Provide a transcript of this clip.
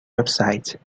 website